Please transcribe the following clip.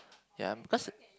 ya because it